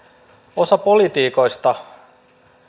osa poliitikoista